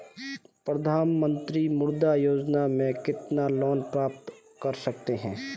प्रधानमंत्री मुद्रा योजना में कितना लोंन प्राप्त कर सकते हैं?